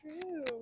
true